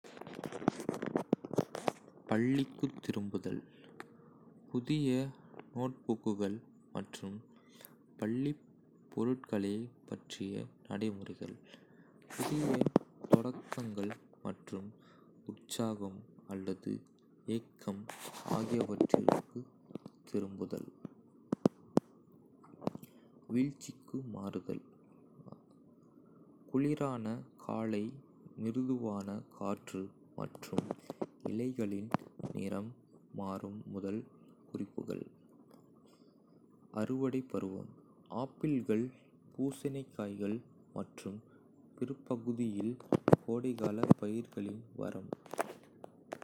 பள்ளிக்குத் திரும்புதல் - புதிய நோட்புக்குகள் மற்றும் பள்ளிப் பொருட்களைப் பற்றிய நடைமுறைகள், புதிய தொடக்கங்கள் மற்றும் உற்சாகம் அல்லது ஏக்கம் ஆகியவற்றிற்குத் திரும்புதல். வீழ்ச்சிக்கு மாறுதல் - குளிரான காலை, மிருதுவான காற்று மற்றும் இலைகளின் நிறம் மாறும் முதல் குறிப்புகள். அறுவடை பருவம் - ஆப்பிள்கள், பூசணிக்காய்கள் மற்றும் பிற்பகுதியில் கோடைகால பயிர்களின் வரம்.